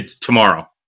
tomorrow